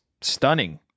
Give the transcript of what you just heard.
stunning